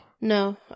No